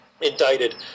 indicted